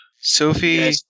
Sophie